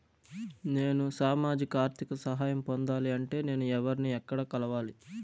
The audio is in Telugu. నేను సామాజిక ఆర్థిక సహాయం పొందాలి అంటే నేను ఎవర్ని ఎక్కడ కలవాలి?